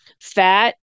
fat